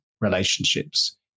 relationships